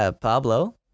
Pablo